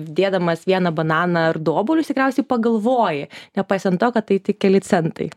dėdamas vieną bananą ar du obuolius tikriausiai pagalvoji nepaisant to kad tai tik keli centai